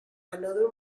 another